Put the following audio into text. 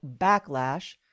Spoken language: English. backlash